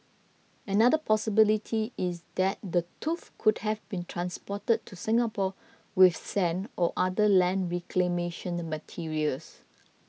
another possibility is that the tooth could have been transported to Singapore with sand or other land reclamation the materials